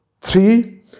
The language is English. three